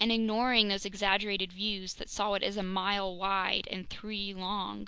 and ignoring those exaggerated views that saw it as a mile wide and three long